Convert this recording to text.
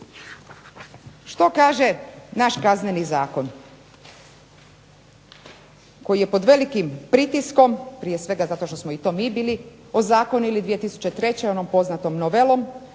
Što kaže naš Kazneni zakon koji je pod velikim pritiskom, prije svega zato što smo i to mi bili ozakonili 2003. onom poznatom novelom